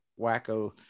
wacko